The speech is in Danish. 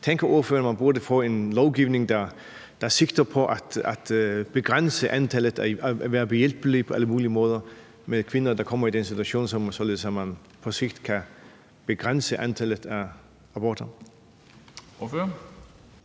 Tænker ordføreren, at man burde få en lovgivning, der sigter på at begrænse antallet og være behjælpelig på alle mulige måder over for kvinder, der kommer i den situation, således at man på sigt kan begrænse antallet af aborter?